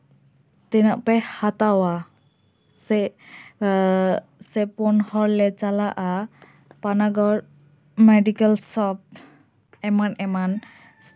ᱛᱤᱱᱟᱹᱜ ᱯᱮ ᱦᱟᱛᱟᱣᱟ ᱥᱮ ᱥᱮ ᱯᱩᱱ ᱦᱚᱲᱞᱮ ᱪᱟᱞᱟᱜᱼᱟ ᱯᱟᱱᱟᱜᱚᱲ ᱢᱮᱰᱤᱠᱮᱞ ᱥᱚᱯ ᱮᱢᱟᱱ ᱮᱢᱟᱱ